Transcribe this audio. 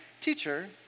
Teacher